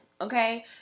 okay